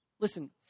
listen